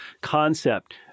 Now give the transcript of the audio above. concept